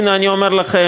הנה, אני אומר לכם.